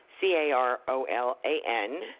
C-A-R-O-L-A-N